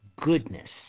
goodness